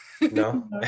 No